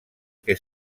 que